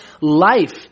life